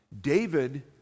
David